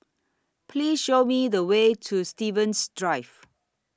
Please Show Me The Way to Stevens Drive